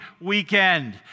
weekend